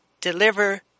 deliver